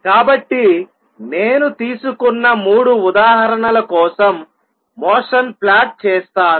కాబట్టి నేను తీసుకున్న మూడు ఉదాహరణల కోసం మోషన్ ప్లాట్ చేస్తాను